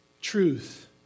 truth